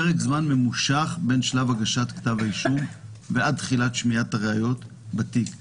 פרק זמן ממושך בין שלב הגשת כתב האישום ועד תחילת שמיעת הראיות בתיק;